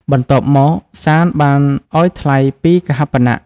បន្ទាប់មក សាន្តបានឱ្យថ្លៃពីរកហាបណៈ។